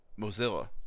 Mozilla